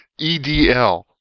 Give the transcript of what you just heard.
edl